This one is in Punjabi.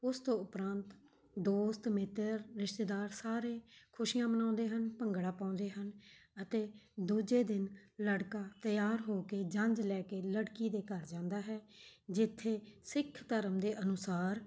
ਉਸ ਤੋਂ ਉਪਰੰਤ ਦੋਸਤ ਮਿੱਤਰ ਰਿਸ਼ਤੇਦਾਰ ਸਾਰੇ ਖੁਸ਼ੀਆਂ ਮਨਾਉਂਦੇ ਹਨ ਭੰਗੜਾ ਪਾਉਂਦੇ ਹਨ ਅਤੇ ਦੂਜੇ ਦਿਨ ਲੜਕਾ ਤਿਆਰ ਹੋ ਕੇ ਜੰਞ ਲੈ ਕੇ ਲੜਕੀ ਦੇ ਘਰ ਜਾਂਦਾ ਹੈ ਜਿੱਥੇ ਸਿੱਖ ਧਰਮ ਦੇ ਅਨੁਸਾਰ